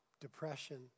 depression